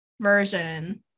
version